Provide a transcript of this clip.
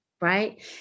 right